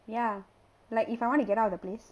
ya like if I want to get out of the place